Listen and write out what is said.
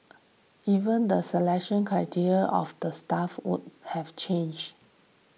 even the selection criteria of the staff would have change